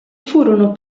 furono